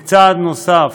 כצעד נוסף,